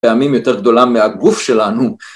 פעמים יותר גדולה מהגוף שלנו